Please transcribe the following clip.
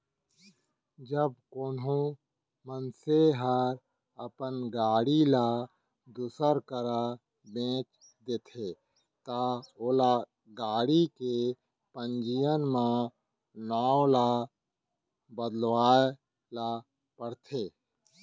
जब कोनो मनसे ह अपन गाड़ी ल दूसर करा बेंच देथे ता ओला गाड़ी के पंजीयन म नांव ल बदलवाए ल परथे